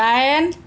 दाइन